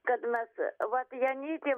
kad mes vat janytė